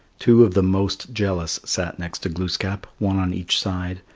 two of the most jealous sat next to glooskap, one on each side,